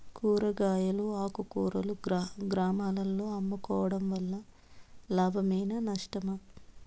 కూరగాయలు ఆకుకూరలు గ్రామాలలో అమ్ముకోవడం వలన లాభమేనా నష్టమా?